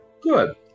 Good